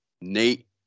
Nate